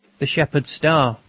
the shepherds' star,